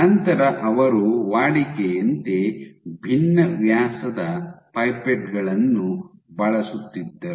ನಂತರ ಅವರು ವಾಡಿಕೆಯಂತೆ ಭಿನ್ನ ವ್ಯಾಸದ ಪೈಪೆಟ್ ಗಳನ್ನು ಬಳಸುತ್ತಿದ್ದರು